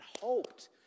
hoped